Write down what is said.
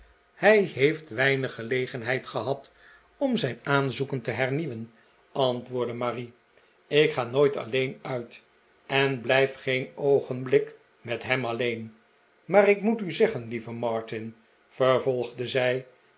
hij heeft weinig gelegenheid gehad om zijn aanzoeken te hernieuwen antwoordde marie ik ga nooit alleen uit en blijf geen oogenblik met hem alleen maar ik moet u zeggen lieve martin vervolgde zij